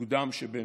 המוקדם שבהם.